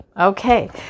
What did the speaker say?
Okay